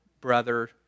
brother